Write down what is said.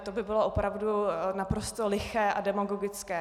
To by bylo opravdu naprosto liché a demagogické.